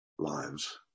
lives